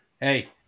hey